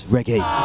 Reggae